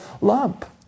lump